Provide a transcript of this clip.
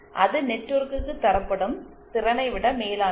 அது நெட்வொர்கிற்கு தரப்படும் திறனை விட மேலானது